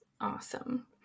Awesome